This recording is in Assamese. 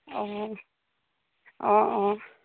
অঁ অঁ অঁ